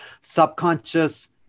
subconscious